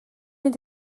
mynd